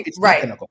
right